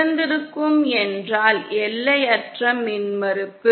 திறந்திருக்கும் என்றால் எல்லையற்ற மின்மறுப்பு